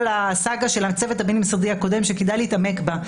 הסאגה של הצוות הבין-משרדי הקודם וכדאי להתעמק בזה.